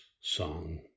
song